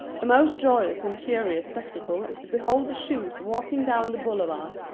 the most joyous and curious spectacle is to behold the shoes walking down the boulevard,